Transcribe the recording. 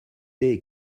est